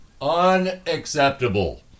Unacceptable